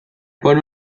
pon